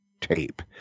tape